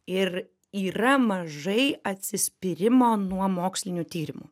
ir yra mažai atsispyrimo nuo mokslinių tyrimų